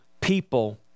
people